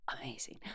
amazing